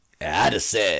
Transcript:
Addison